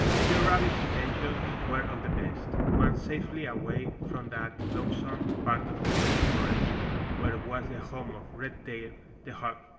peter rabbit's intentions were of the best. once safely away from that lonesome part of the green forest where was the home of redtail the hawk,